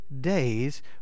days